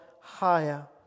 higher